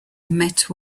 met